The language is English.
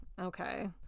Okay